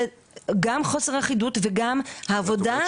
זה גם חוסר אחידות וגם העובדה --- את